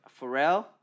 Pharrell